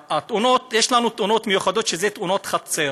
יש לנו תאונות מיוחדות שאלו תאונות חצר,